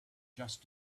just